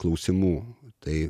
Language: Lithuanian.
klausimų tai